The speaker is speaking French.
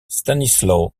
stanisław